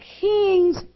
kings